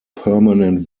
permanent